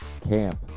Camp